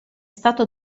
stato